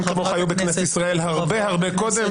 אנשים כמוך היו בכנסת ישראל הרבה הרבה קודם,